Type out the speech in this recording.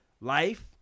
life